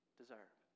deserve